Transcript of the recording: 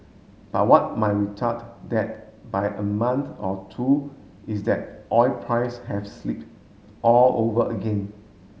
but what might retard that by a month or two is that oil price have slip all over again